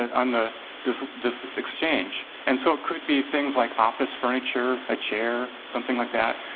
and and this this exchange. and so, it could be things like office furniture, a chair, something like that.